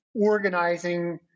organizing